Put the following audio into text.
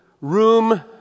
room